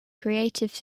creative